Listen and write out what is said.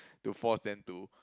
to force them to